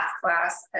class